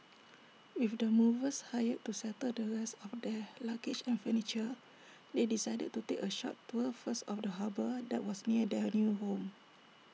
with the movers hired to settle the rest of their luggage and furniture they decided to take A short tour first of the harbour that was near their new home